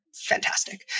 fantastic